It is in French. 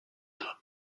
doit